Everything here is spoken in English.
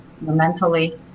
mentally